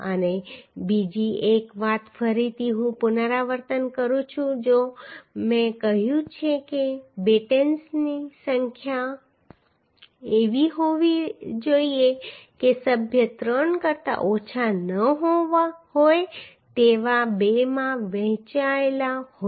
અને બીજી એક વાત ફરીથી હું પુનરાવર્તન કરું છું જે મેં કહ્યું છે કે બેટેન્સની સંખ્યા એવી હોવી જોઈએ કે સભ્ય ત્રણ કરતા ઓછા ન હોય તેવા બેમાં વહેંચાયેલો હોય